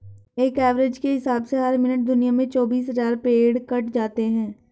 एक एवरेज के हिसाब से हर मिनट दुनिया में चौबीस हज़ार पेड़ कट जाते हैं